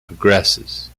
progresses